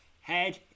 Head